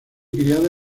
criada